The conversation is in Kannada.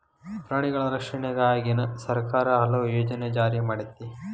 ಪ್ರಾಣಿಗಳ ರಕ್ಷಣೆಗಾಗಿನ ಸರ್ಕಾರಾ ಹಲವು ಯೋಜನೆ ಜಾರಿ ಮಾಡೆತಿ